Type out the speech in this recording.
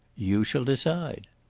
you shall decide.